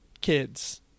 kids